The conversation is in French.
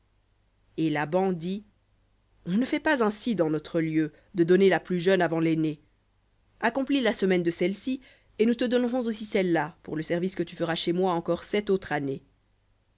et laban dit on ne fait pas ainsi dans notre lieu de donner la plus jeune avant laînée accomplis la semaine de celle-ci et nous te donnerons aussi celle-là pour le service que tu feras chez moi encore sept autres années